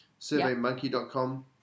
SurveyMonkey.com